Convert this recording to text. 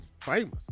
famous